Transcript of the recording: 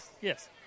Yes